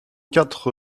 quatre